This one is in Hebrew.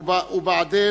ואחריו,